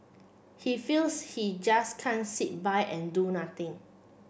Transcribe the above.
he feels he just can't sit by and do nothing